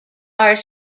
are